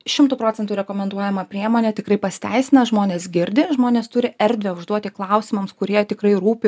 šimtu procentu rekomenduojama priemonė tikrai pasiteisina žmonės girdi žmonės turi erdvę užduoti klausimams kurie tikrai rūpi